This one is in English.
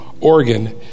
Oregon